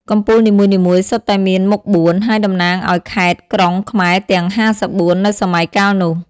កំពូលនីមួយៗសុទ្ធតែមានមុខបួន ហើយតំណាងឱ្យខេត្ត-ក្រុងខ្មែរទាំង ៥៤ នៅសម័យកាលនោះ។